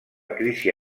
crisi